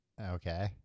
Okay